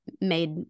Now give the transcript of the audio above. made